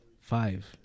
five